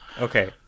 Okay